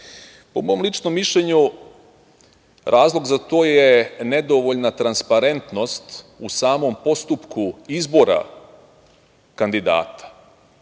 Po mom ličnom mišljenju razlog za to je nedovoljna transparentnost u samom postupku izbora kandidata. Dakle,